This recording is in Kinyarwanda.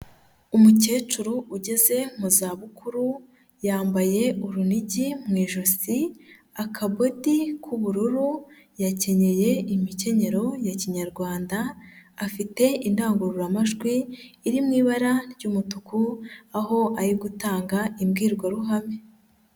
Umukecuru ugeze mu za bukuru, yambaye urunigi mu ijosi, akabodi, k'ubururu yakenyeye imikenyero ya kinyarwanda, afite indangururamajwi iri mu ibara ry'umutuku aho ari gutanga imbwirwaruhame.